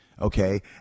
Okay